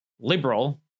liberal